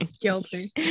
guilty